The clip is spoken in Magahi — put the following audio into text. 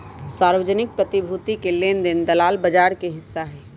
सार्वजनिक प्रतिभूति के लेन देन दलाल बजार के हिस्सा हई